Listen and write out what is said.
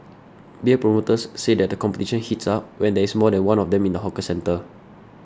beer promoters say that the competition heats up when there is more than one of them in the hawker centre